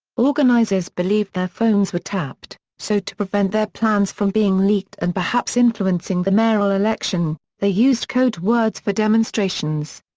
organizers believed their phones were tapped, so to prevent their plans from being leaked and perhaps influencing the mayoral election, they used code words for demonstrations.